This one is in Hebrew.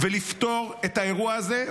לפתור את האירוע הזה,